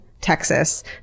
Texas